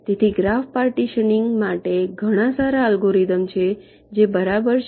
તેથી graph partitioning માટે ઘણા સારા અલ્ગોરિધમ્સ છે જે બરાબર છે